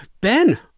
ben